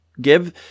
Give